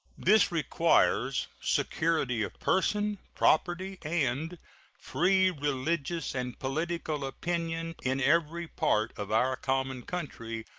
this requires security of person, property, and free religious and political opinion in every part of our common country,